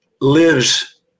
lives